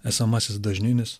esamasis dažninis